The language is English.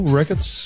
records